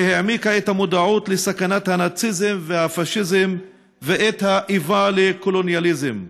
שהעמיקה את המודעות לסכנת הנאציזם והפאשיזם ואת האיבה לקולוניאליזם.